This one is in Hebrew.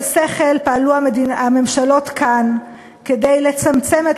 בשכל פעלו הממשלות כאן כדי לצמצם את